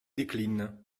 décline